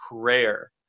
prayer